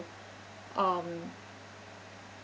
um